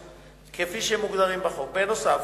בנוסף,